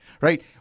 right